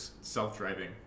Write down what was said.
self-driving